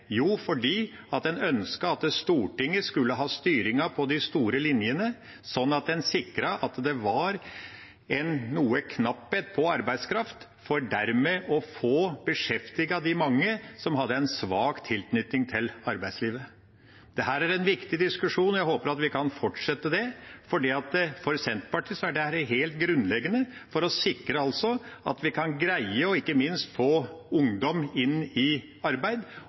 Jo, det var fordi en ønsket at Stortinget skulle ha styringen på de store linjene, sånn at en sikret at det var noe knapphet på arbeidskraft, for dermed å få beskjeftiget de mange som hadde en svak tilknytning til arbeidslivet. Dette er en viktig diskusjon, og jeg håper vi kan fortsette den, fordi for Senterpartiet er dette helt grunnleggende for å sikre at vi ikke minst kan greie å få ungdom inn i arbeid,